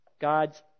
God's